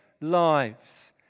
lives